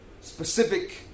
specific